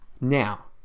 Now